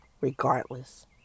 regardless